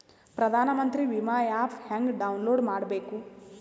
ಪ್ರಧಾನಮಂತ್ರಿ ವಿಮಾ ಆ್ಯಪ್ ಹೆಂಗ ಡೌನ್ಲೋಡ್ ಮಾಡಬೇಕು?